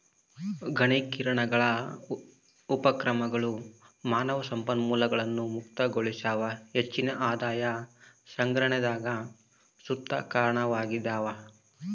ಗಣಕೀಕರಣದ ಉಪಕ್ರಮಗಳು ಮಾನವ ಸಂಪನ್ಮೂಲಗಳನ್ನು ಮುಕ್ತಗೊಳಿಸ್ಯಾವ ಹೆಚ್ಚಿನ ಆದಾಯ ಸಂಗ್ರಹಣೆಗ್ ಸುತ ಕಾರಣವಾಗ್ಯವ